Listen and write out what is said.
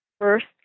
first